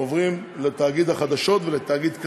עוברים לתאגיד החדשות ולתאגיד כאן.